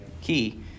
key